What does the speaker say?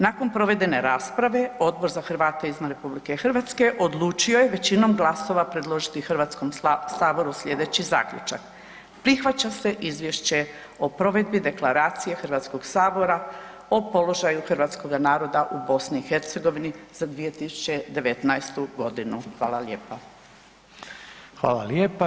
Nakon provedene rasprave Odbor za Hrvate izvan RH odlučio je većinom glasova predložiti HS sljedeći zaključak, prihvaća se Izvješće o provedbi deklaracije HS-a o položaju hrvatskoga naroda u BiH za 2019.g. Hvala lijepa.